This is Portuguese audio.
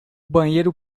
banheiro